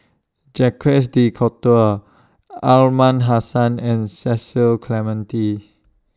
Jacques De Coutre Are Aliman Hassan and Cecil Clementi